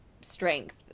strength